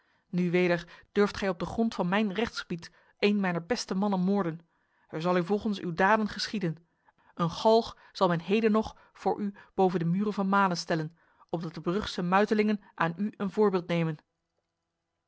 nu weder durft gij op de grond van mijn rechtsgebied een mijner beste mannen moorden er zal u volgens uw daden geschieden een galg zal men heden nog voor u boven de muren van male stellen opdat de brugse muitelingen aan u een voorbeeld nemen